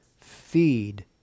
feed